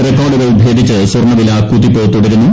റിക്കാർഡുകൾ ഭേദിച്ച് സ്വർണ്ണവില കുതിപ്പ് തുടരുന്നു